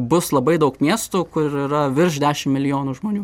bus labai daug miestų kur yra virš dešim milijonų žmonių